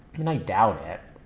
you know doubt it